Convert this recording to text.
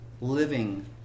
Living